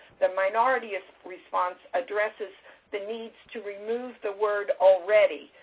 the minority and response addresses the need to remove the word already,